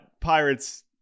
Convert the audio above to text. Pirates